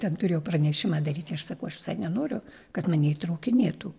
ten turėjau pranešimą daryti aš sakau aš nenoriu kad mane įtraukinėtų